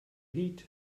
heat